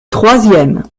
troisième